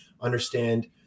understand